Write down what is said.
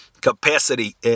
capacity